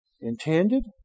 intended